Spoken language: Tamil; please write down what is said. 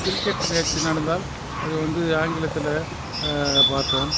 கிரிக்கெட் மேட்ச் நடந்தால் அதை வந்து ஆங்கிலத்தில் பார்போம்